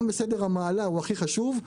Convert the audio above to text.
גם בסדר המעלה הוא הכי חשוב,